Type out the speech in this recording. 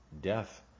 death